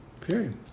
period